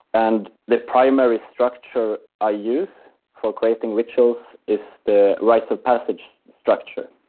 and the primary structure i use for creating rituals is the rites of passage structure.